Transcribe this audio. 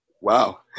wow